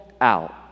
out